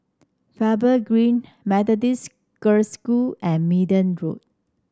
Faber Green Methodist Girls' School and Minden Road